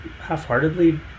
half-heartedly